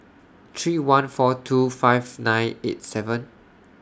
three one four two fives nine eight seven